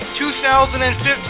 2015